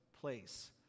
place